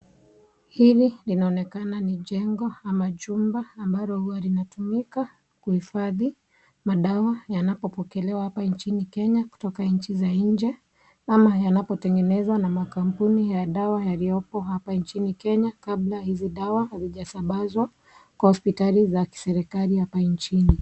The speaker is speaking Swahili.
Hili linaonekana ni jengo ama jumba ambalo huwa linatumika kuhifadhi madawa yanapopokelewa hapa nchini Kenya kutoka nchi za nje ama yanapotengenezwa na makampuni ya dawa yaliyopo hapa nchini kenya kabla hizi dawa hazijasambazwa kwa hospitali za kiserekali hapa nchini.